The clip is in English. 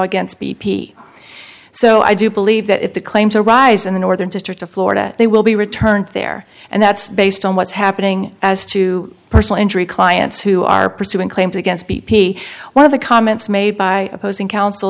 against b p so i do believe that if the claims arise in the northern district of florida they will be returned there and that's based on what's happening as to personal injury clients who are pursuing claims against b p one of the comments made by opposing counsel